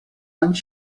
anys